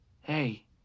Hey